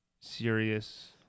Serious